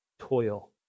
toil